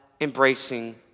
embracing